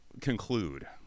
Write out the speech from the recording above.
conclude